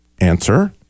Answer